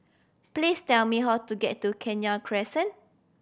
please tell me how to get to Kenya Crescent